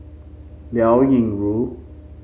Liao Yingru